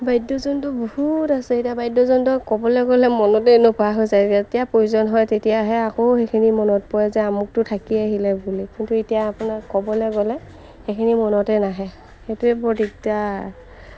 বাদ্যযন্ত্ৰ বহুত আছে এতিয়া বাদ্যযন্ত্ৰ ক'বলৈ গ'লে মনতেই নপৰা হৈ যায় যেতিয়া প্ৰয়োজন হয় তেতিয়াহে আকৌ সেইখিনি মনত পৰে যে আমুকটো থাকি আহিলে বুলি কিন্তু এতিয়া আপোনাৰ ক'বলৈ গ'লে সেইখিনি মনতে নাহে সেইটোৱেেই বৰ দিগদাৰ